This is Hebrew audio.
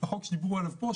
החוק שדיברו עליו פה,